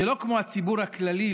שלא כמו הציבור הכללי,